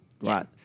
Right